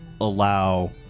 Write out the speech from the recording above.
allow